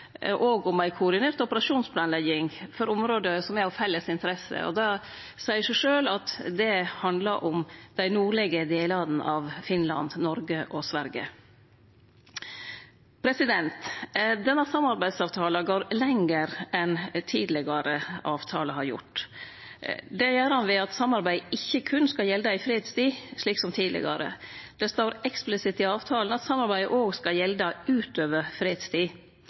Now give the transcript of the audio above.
om ei koordinert operasjonsplanlegging for område som er av felles interesse. Det seier seg sjølv at det handlar om dei nordlege delane av Finland, Noreg og Sverige. Denne samarbeidsavtalen går lenger enn tidlegare avtalar har gjort. Det gjer ein ved at samarbeidet ikkje berre skal gjelde i fredstid, slik som tidlegare. Det står eksplisitt i avtalen at samarbeidet skal gjelde utover fredstid.